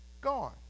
gone